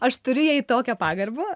aš turiu jai tokią pagarbą